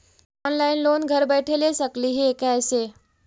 Online loan घर बैठे ले सकली हे, कैसे?